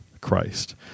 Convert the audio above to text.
Christ